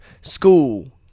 school